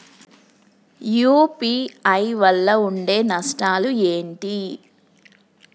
UPI వల్ల ఉండే నష్టాలు ఏంటి??